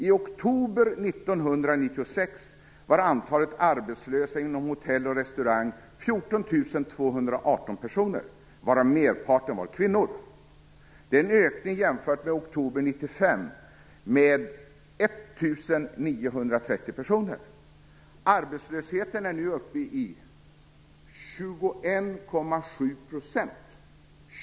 I oktober 1996 var antalet arbetslösa inom hotell och restaurang 14 218 personer, varav merparten var kvinnor. Den är en ökning jämfört med oktober 1995 med 1 930 personer! Arbetslösheten är nu uppe i 21,7 %!